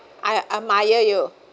I admire you